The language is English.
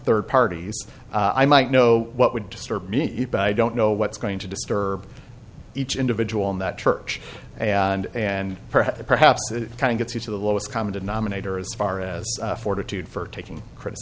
third parties i might know what would disturb me i don't know what's going to disturb each individual in that church and and perhaps perhaps it kind of gets you to the lowest common denominator as far as fortitude for taking cr